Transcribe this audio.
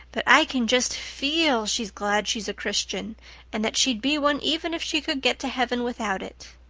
but i can just feel she's glad she's a christian and that she'd be one even if she could get to heaven without it.